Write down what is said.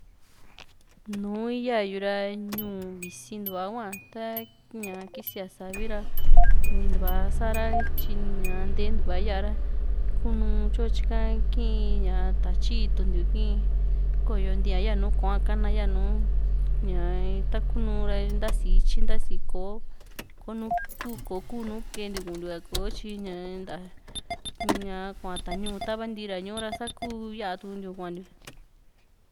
nùù ya´yu ra ñuu visintua hua ta kisiam savi ra kinintuva sa´ra tyi ña ntee ntua ya´ra kunuu tyo tyika kii´n ña tatyi itu´n tiu kii´n koyo ntia yanu kò´o a kana yanu ña ta kunu ra ntasi ityi ntasi kò´o nu kò´o kuu kee ntiu ka kuntiu kò´o tyi ñaa ta kua ta ñuu tava ntii ra ñuu sa kuu ya´tuntiu kuantiu